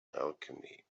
alchemy